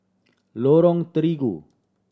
Lorong Terigu